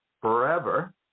forever